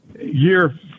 year